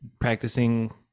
practicing